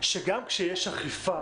שגם כשיש אכיפה